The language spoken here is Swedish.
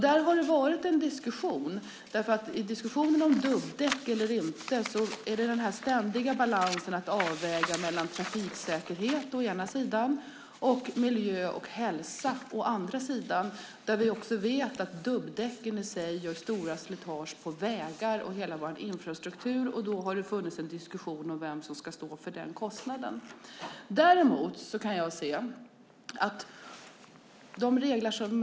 Det har varit en diskussion om det. I diskussionen om dubbdäck eller inte har vi den ständiga balansen mellan trafiksäkerhet å ena sidan och miljö och hälsa å andra sidan. Vi vet att dubbdäcken medför stort slitage på vägarna. Det har diskuterats vem som ska stå för den kostnaden.